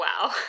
Wow